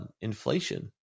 inflation